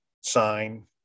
sign